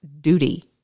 duty